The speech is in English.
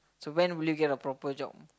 so when will you get a proper job